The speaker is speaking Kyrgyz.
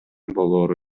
болоору